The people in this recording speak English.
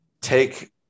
take